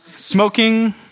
smoking